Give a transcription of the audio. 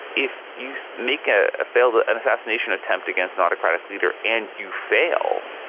if you make a failed ah and assassination attempt against an autocratic leader and you fail,